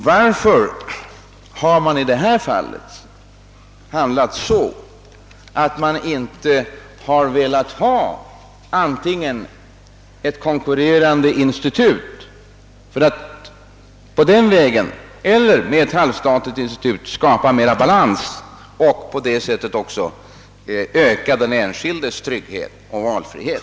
Varför har man i detta fall inte velat ha ett konkurrerande institut eller ett halvstatligt för att på den vägen skapa bättre balans och även öka den enskildes tryggghet och valfrihet?